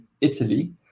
Italy